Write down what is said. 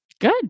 Good